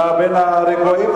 אתה בין הרגועים.